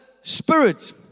Spirit